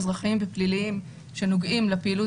אזרחיים ופליליים שנוגעים לפעילות